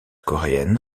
coréenne